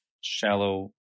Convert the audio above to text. shallow